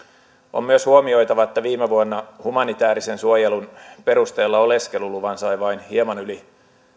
on myös huomioitava että viime vuonna humanitäärisen suojelun perusteella oleskeluluvan sai vain hieman yli